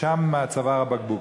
ששם צוואר הבקבוק.